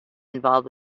involved